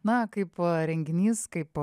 na kaip renginys kaip